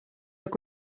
your